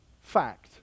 Fact